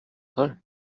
her